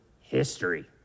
history